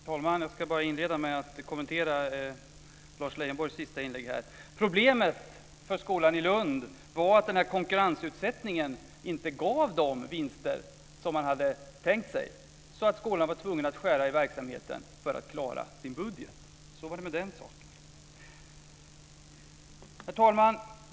Herr talman! Låt mig inleda med att kommentera Lars Leijonborgs sista inlägg här. Problemet för skolan i Lund var att den här konkurrensutsättningen inte gav de vinster som man hade tänkt sig. Därför var skolan tvungen att skära i verksamheten för att klara sin budget. Så var det med den saken. Herr talman!